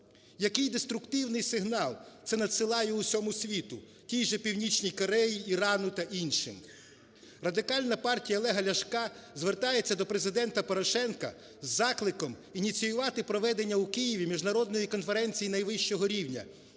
Який деструктивний сигнал це надсилає усьому світу, тій же Північній Кореї, Ірану та іншим? Радикальна партія Олега Ляшка звертається до Президента Порошенка із закликом ініціювати проведення у Києві міжнародної конференції найвищого рівня